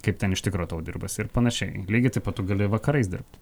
kaip ten iš tikro tau dirbasi ir panašiai lygiai taip pat tu gali vakarais dirbt